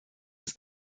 das